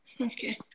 okay